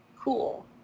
cool